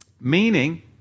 Meaning